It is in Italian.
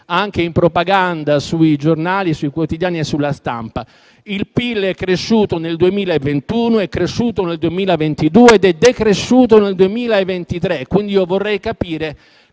anche in propaganda sui giornali, sui quotidiani e sulla stampa? Il PIL è cresciuto nel 2021, è cresciuto nel 2022 ed è decresciuto nel 2023. Quindi, io vorrei capire